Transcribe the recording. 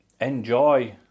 Enjoy